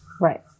Right